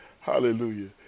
Hallelujah